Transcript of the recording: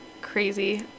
crazy